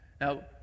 Now